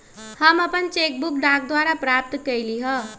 हम अपन cheque book डाक द्वारा प्राप्त कईली ह